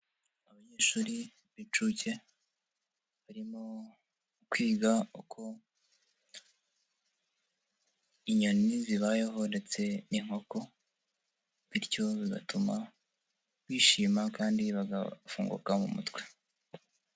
Abanyeshuri b'inshuke, barimo mu kwiga uko inyoni zibayeho ndetse n'inkoko bityo bigatuma bishima kandi bagafunguka mu mutwe.